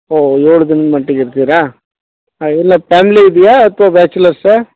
ಹೋ ಏಳು ದಿನ ಮಟ್ಟಿಗೆ ಇರ್ತೀರಾ ಹಾಂ ಎಲ್ಲ ಪ್ಯಾಮ್ಲಿ ಇದೆಯಾ ಅಥ್ವಾ ಬ್ಯಾಚುಲರ್ಸಾ